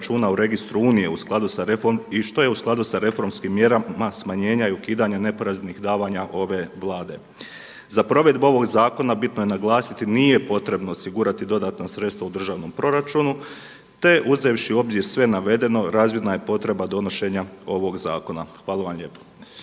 Hvala vam lijepa.